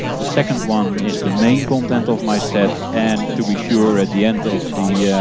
the second one is the main content of my set. and to be sure at the end of the